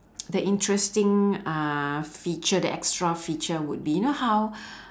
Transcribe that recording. the interesting uh feature the extra feature would be you know how